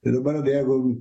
tai dabar jeigu